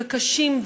קשים,